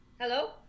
Hello